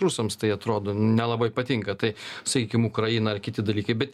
rusams tai atrodo nelabai patinka tai sakykim ukraina ar kiti dalykai bet